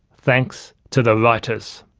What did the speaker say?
thanks to the writers.